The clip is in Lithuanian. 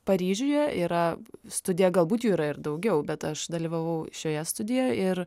paryžiuje yra studija galbūt jų yra ir daugiau bet aš dalyvavau šioje studijoj ir